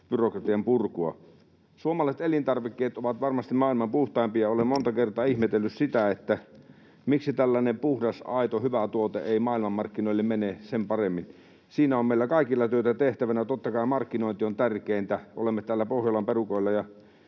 byrokratian purkua. Suomalaiset elintarvikkeet ovat varmasti maailman puhtaimpia. Olen monta kertaa ihmetellyt sitä, miksi tällainen puhdas, aito, hyvä tuote ei maailmanmarkkinoille mene sen paremmin. Siinä on meillä kaikilla työtä tehtävänä. Totta kai markkinointi on tärkeintä. Olemme täällä Pohjolan perukoilla,